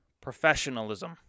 professionalism